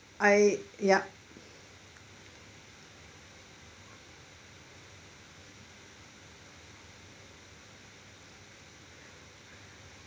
I yup